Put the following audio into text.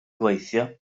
gweithio